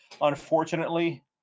unfortunately